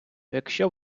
якщо